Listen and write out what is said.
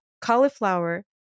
cauliflower